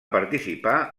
participar